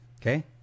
okay